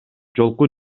жолку